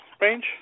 range